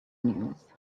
news